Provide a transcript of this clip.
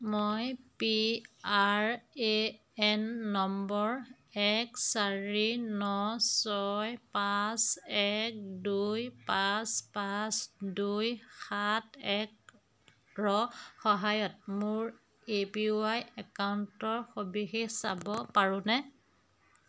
মই P R A N number এক চাৰি ন ছয় পাঁচ এক দুই পাঁচ পাঁচ দুই সাত একৰ সহায়ত মোৰ এ পি ৱাই একাউণ্টৰ সবিশেষ চাব পাৰোঁনে